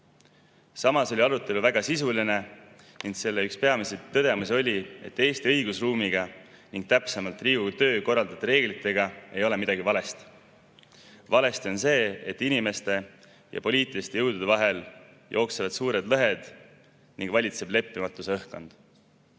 Samas oli arutelu väga sisuline ja selle üks peamiseid tõdemusi oli, et Eesti õigusruumiga ning täpsemalt Riigikogu töö korralduse reeglitega ei ole midagi valesti. Valesti on see, et inimeste ja poliitiliste jõudude vahel jooksevad suured lõhed ning valitseb leppimatuse õhkkond.